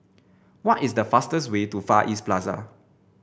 what is the fastest way to Far East Plaza